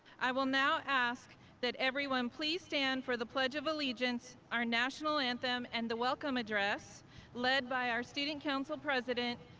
i will now ask that everyone please stand for the pledge of allegiance, our national anthem, and the welcome address led by our student council president,